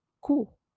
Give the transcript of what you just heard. Cool